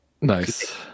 Nice